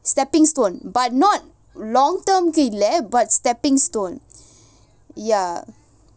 stepping stone but not long term கு இல்ல:ku illa but stepping stone ya